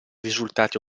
risultati